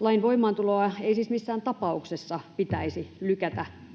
Lain voimaantuloa ei siis missään tapauksessa pitäisi lykätä,